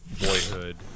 boyhood